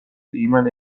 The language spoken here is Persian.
ایمن